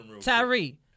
tyree